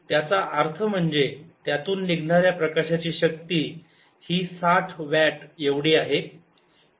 त्याचा अर्थ म्हणजे त्यातून निघणाऱ्या प्रकाशाची शक्ती ही साठ वॅट एवढी आहे